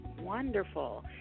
Wonderful